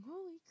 Holy